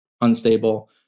unstable